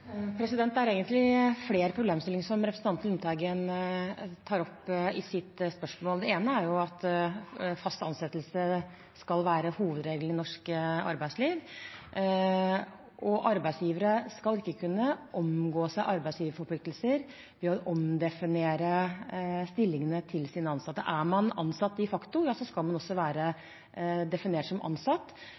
Det er egentlig flere problemstillinger representanten Lundteigen tar opp i sitt spørsmål. Det ene er at fast ansettelse skal være hovedregelen i norsk arbeidsliv. Arbeidsgivere skal ikke kunne omgå sine arbeidsgiverforpliktelser ved å omdefinere stillingene til sine ansatte. Er man ansatt de facto, skal man også være definert som ansatt.